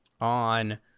On